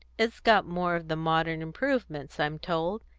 it's got more of the modern improvements, i'm told,